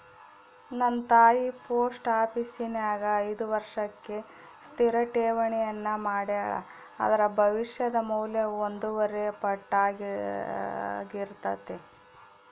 ನನ್ನ ತಾಯಿ ಪೋಸ್ಟ ಆಪೀಸಿನ್ಯಾಗ ಐದು ವರ್ಷಕ್ಕೆ ಸ್ಥಿರ ಠೇವಣಿಯನ್ನ ಮಾಡೆಳ, ಅದರ ಭವಿಷ್ಯದ ಮೌಲ್ಯವು ಒಂದೂವರೆ ಪಟ್ಟಾರ್ಗಿತತೆ